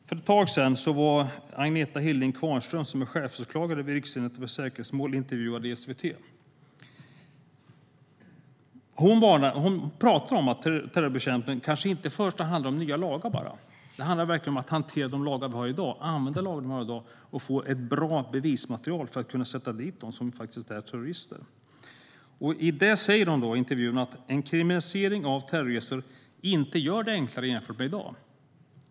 För ett tag sedan var Agnetha Hilding Qvarnström, som är chefsåklagare vid Riksenheten för säkerhetsmål, intervjuad i SVT. Hon säger att terrorbekämpning kanske inte i första hand handlar om bara nya lagar. Det handlar om att hantera de lagar som finns i dag och tillämpa dem. Det gäller också att få ett bra bevismaterial för att man ska kunna sätta dit terrorister. I intervjun säger Agnetha Hilding Qvarnström att en kriminalisering av terrorresor inte gör det enklare jämfört med hur det är i dag.